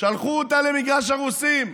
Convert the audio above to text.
שלחו אותה למגרש הרוסים.